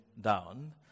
down